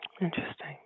Interesting